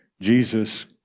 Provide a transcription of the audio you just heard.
Jesus